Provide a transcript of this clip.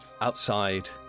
outside